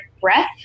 breath